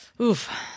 Oof